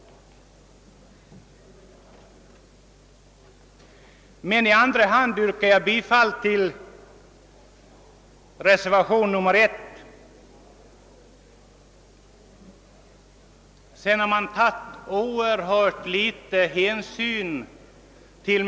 I andra hand yrkar jag härvidlag bifall till reservationen 1. Till minoriteterna har mycket ringa hänsyn tagits.